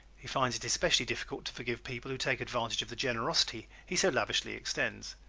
he finds it especially difficult to forgive people who take advantage of the generosity he so lavishly extends.